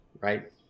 Right